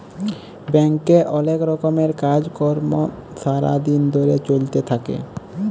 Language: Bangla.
ব্যাংকে অলেক রকমের কাজ কর্ম সারা দিন ধরে চ্যলতে থাক্যে